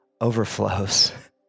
overflows